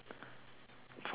from outside